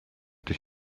that